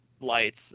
lights